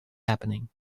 happening